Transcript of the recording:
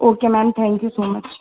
okay ma'am thank you so much